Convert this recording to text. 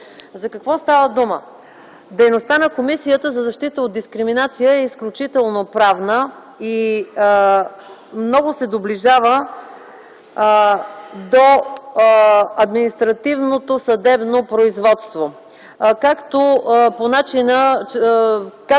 За какво става дума? Дейността на Комисията за защита от дискриминация е изключително правна и много се доближава до административното съдебно производство – като се започне